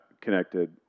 connected